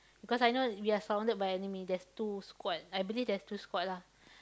because I know we are surrounded by enemy there's two squad I believe there's two squad lah